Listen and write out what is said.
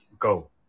Go